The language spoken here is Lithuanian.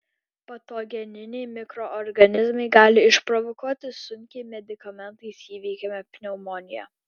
patogeniniai mikroorganizmai gali išprovokuoti sunkiai medikamentais įveikiamą pneumoniją